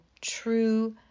true